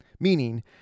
Meaning